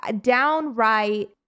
downright